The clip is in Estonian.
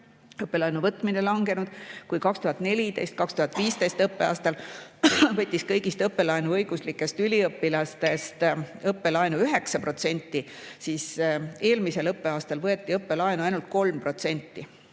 vähenenud. Kui 2014/2015. õppeaastal võttis kõigist õppelaenuõiguslikest üliõpilastest õppelaenu 9%, siis eelmisel õppeaastal võttis õppelaenu ainult 3%